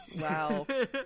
Wow